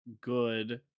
good